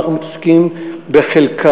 אנחנו מתעסקים בחלקה,